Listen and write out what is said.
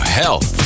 health